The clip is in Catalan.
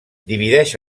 divideix